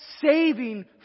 saving